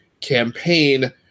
campaign